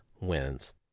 wins